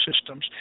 systems